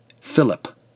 Philip